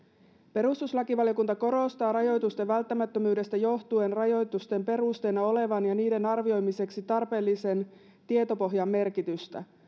perustuslakivaliokunta korostaa rajoitusten välttämättömyydestä johtuen rajoitusten perusteena olevan ja niiden arvioimiseksi tarpeellisen tietopohjan merkitystä